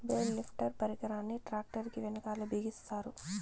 bale lifter పరికరాన్ని tractor కీ వెనకాల బిగిస్తారు